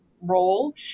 role